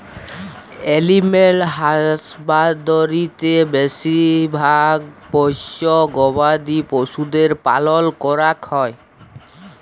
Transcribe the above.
animal হাসবাদরীতে বেশি ভাগ পষ্য গবাদি পশুদের পালল ক্যরাক হ্যয়